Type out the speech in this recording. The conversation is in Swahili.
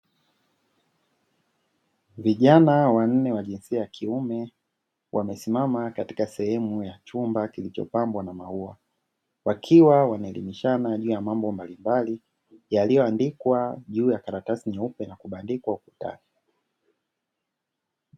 Vijana wanne wa jinsia ya kiume wamesimama katika sehemu ya chumba kilichopambwa na maziwa, wakiwa wanaelemishana juu ya mambo mbalimbali yaliyoandikwa juu ya karatasi nyeupe na kubandikwa ukutani.